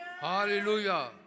Hallelujah